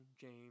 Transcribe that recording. James